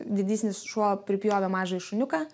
didysnis šuo pripjovė mažą šuniuką